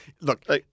Look